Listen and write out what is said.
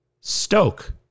Stoke